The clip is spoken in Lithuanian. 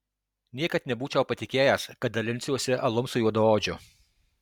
niekad nebūčiau patikėjęs kad dalinsiuosi alum su juodaodžiu